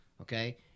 okay